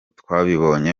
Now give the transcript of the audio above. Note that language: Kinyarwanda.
twabibonye